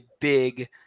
big